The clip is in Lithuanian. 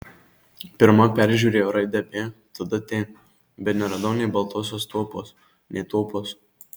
pirma peržiūrėjau raidę b tada t bet neradau nei baltosios tuopos nei tuopos